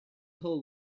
hole